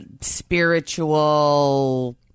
spiritual